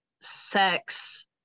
sex